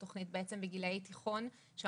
התוכנית שהיא בעצם לנערות בגילאי תיכון ושאמורה